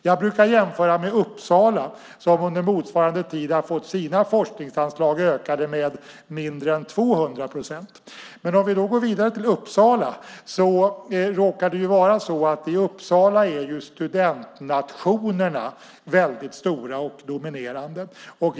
Jag brukar jämföra med Uppsala, som under motsvarande tid har fått sina forskningsanslag ökade med mindre än 200 procent. I Uppsala är studentnationerna stora och dominerande.